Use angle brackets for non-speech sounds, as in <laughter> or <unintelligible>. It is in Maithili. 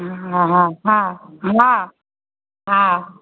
<unintelligible> हँ हँ हँ हँ